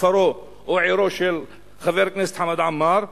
כפרו או עירו של חבר הכנסת חמד עמאר,